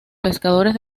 pescadores